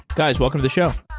guys, welcome to the show.